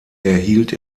erhielt